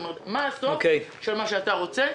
כלומר מה הסוף של מה שאתה רוצה.